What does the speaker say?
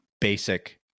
basic